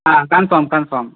ಹಾಂ confirm confirm